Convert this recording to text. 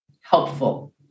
helpful